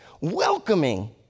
welcoming